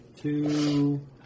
Two